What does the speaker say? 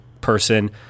person